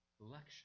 election